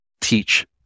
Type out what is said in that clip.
teach